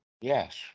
Yes